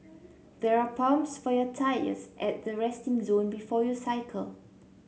there are pumps for your tyres at the resting zone before you cycle